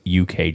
UK